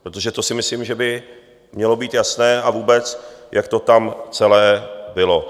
Protože to si myslím, že by mělo být jasné, a vůbec, jak to tam celé bylo.